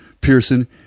Pearson